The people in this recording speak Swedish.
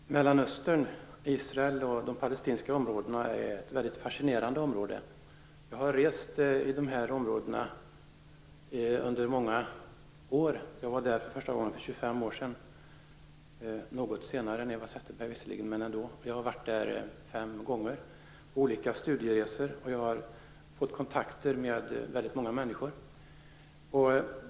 Fru talman! Mellanöstern, Israel och de palestinska områdena är ett fascinerande område. Jag har rest i dessa områden under många år. Jag var där för första gången för 25 år sedan - visserligen något senare än Eva Zetterberg, men ändå. Jag har varit där fem gånger på olika studieresor, och jag har fått kontakt med väldigt många människor.